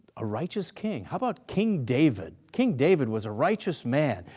a righteous king. how about king david? king david was a righteous man.